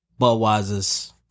Budweiser's